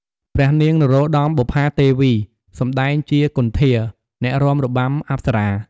ព្រះនាង នរោត្តម បុប្ផាទេវី សម្តែងជា គន្ធា អ្នករាំរបាំអប្សរា។